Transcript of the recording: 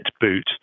boot